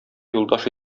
юлдаш